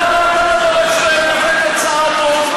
למה אתה לא דורש מהם לתת הצהרות הון?